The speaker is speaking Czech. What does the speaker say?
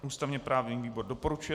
Ústavněprávní výbor doporučuje.